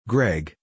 Greg